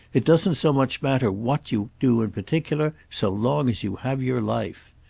it doesn't so much matter what you do in particular, so long as you have your life.